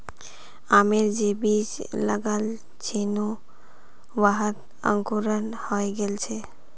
आमेर जे बीज लगाल छिनु वहात अंकुरण हइ गेल छ